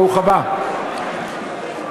ברוך הבא,